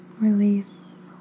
release